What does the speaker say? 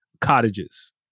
cottages